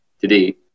today